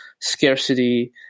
scarcity